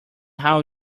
how